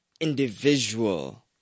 individual